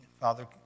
Father